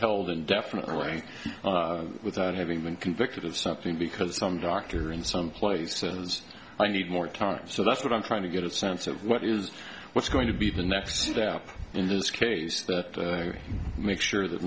held indefinitely without having been convicted of something because some doctor in some places i need more time so that's what i'm trying to get a sense of what is what's going to be the next step in this case that makes sure that